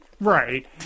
Right